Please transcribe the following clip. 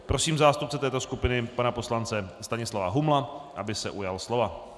Prosím zástupce této skupiny pana poslance Stanislava Humla, aby se ujal slova.